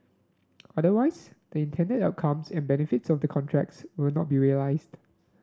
otherwise the intended outcomes and benefits of the contracts would not be realized